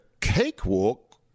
cakewalk